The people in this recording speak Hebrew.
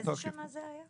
באיזו שנה זה היה?